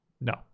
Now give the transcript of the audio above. No